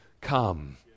come